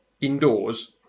indoors